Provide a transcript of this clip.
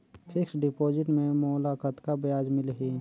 Fixed deposit मे मोला कतका ब्याज मिलही?